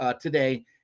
today